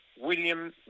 William